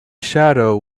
shadow